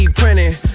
printing